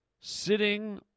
sitting